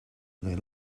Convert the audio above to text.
they